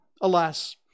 Alas